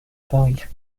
paris